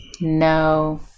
No